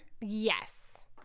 Yes